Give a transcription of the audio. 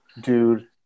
dude